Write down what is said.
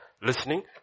listening